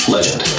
Legend